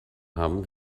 haben